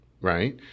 right